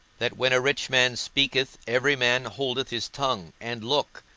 that when a rich man speaketh every man holdeth his tongue, and, look,